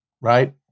right